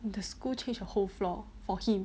the school change the whole floor for him